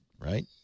right